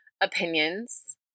opinions